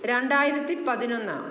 രണ്ടായിരത്തി പതിനൊന്ന്